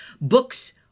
Books